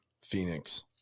Phoenix